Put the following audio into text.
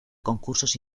concursos